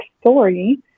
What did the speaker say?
story